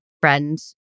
friend